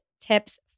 tips